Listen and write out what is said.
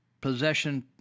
possession